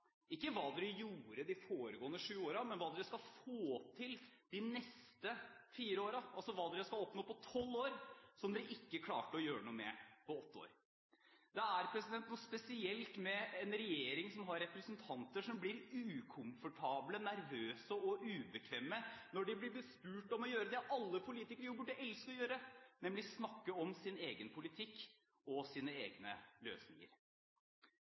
Ikke hva dere gjorde de foregående syv årene, men hva dere skal få til de neste fire årene, altså hva dere skal oppnå på tolv år, som dere ikke klarte å gjøre noe med på åtte år? Det er noe spesielt med en regjering som har representanter som blir ukomfortable og nervøse når de blir spurt om å gjøre det alle politikere burde elske å gjøre, nemlig å snakke om sin egen politikk og sine egne løsninger.